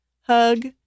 hug